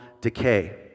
decay